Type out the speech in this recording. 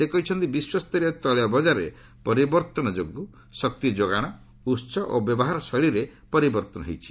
ସେ କହିଛନ୍ତି ବିଶ୍ୱସ୍ତରୀୟ ତୈଳ ବକାରରେ ପରିବର୍ତ୍ତନ ଯୋଗୁଁ ଶକ୍ତି ଯୋଗାଣ ଉହ ଓ ବ୍ୟବହାର ଶୈଳୀରେ ପରିବର୍ତ୍ତନ ହୋଇଛି